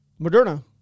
Moderna